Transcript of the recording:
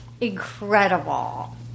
incredible